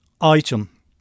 Item